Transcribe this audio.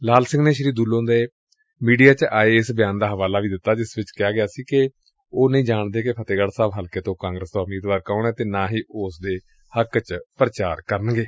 ਲਾਲ ਸਿੰਘ ਨੇ ਸ੍ਰੀ ਦੁਲੋ ਦੇ ਮੀਡੀਆ ਚ ਆਏ ਇਸ ਬਿਆਨ ਦਾ ਹਵਾਲਾ ਵੀ ਦਿੱਤਾ ਜਿਸ ਵਿਚ ਕਿਹਾ ਗਿਆ ਸੀ ਕਿ ਉਹ ਨਹੀਂ ਜਾਣਦੇ ਕਿ ਫਤਹਿਗੜ੍ ਸਾਹਿਬ ਹਲਕੇ ਤੋਂ ਕਾਂਗਰਸ ਦਾ ਉਮੀਦਵਾਰ ਕੌਣ ਏ ਅਤੇ ਨਾ ਹੀ ਉਹ ਉਸ ਲਈ ਪੁਚਾਰ ਕਰਨਗੇ